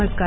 नमस्कार